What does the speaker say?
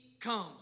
comes